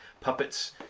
puppets